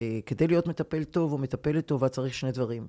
אה... כדי להיות מטפל טוב או מטפל לטובה צריך שני דברים.